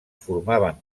formaven